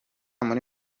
muri